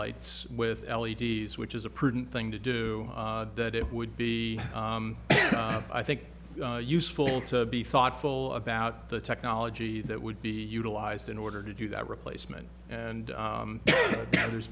lights with l e d s which is a prudent thing to do that it would be i think useful to be thoughtful about the technology that would be utilized in order to do that replacement and there's